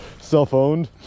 self-owned